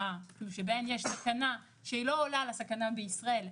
שבהן יש סכנה שהיא לא עולה על הסכנה בישראל.